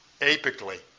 Apically